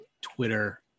Twitter